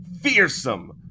fearsome